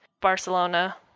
Barcelona